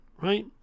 right